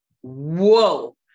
whoa